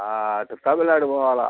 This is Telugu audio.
అటు తమిళనాడు పోవాలి